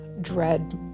dread